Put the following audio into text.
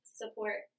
support